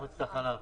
מועצת החלב.